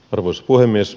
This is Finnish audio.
arvoisa puhemies